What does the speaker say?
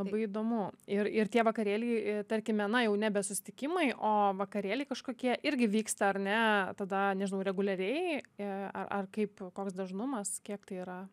labai įdomu ir ir tie vakarėliai tarkime na jau nebe susitikimai o vakarėliai kažkokie irgi vyksta ar ne tada nežinau reguliariai e a ar kaip koks dažnumas kiek tai yra